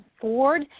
Ford